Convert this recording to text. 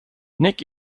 nick